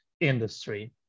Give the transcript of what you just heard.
industry